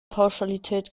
pauschalität